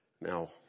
Now